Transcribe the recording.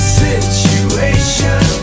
situation